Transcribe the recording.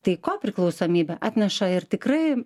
tai kopriklausomybė atneša ir tikrai